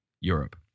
Europe